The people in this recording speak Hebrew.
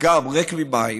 אגם ריק ממים,